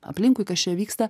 aplinkui kas čia vyksta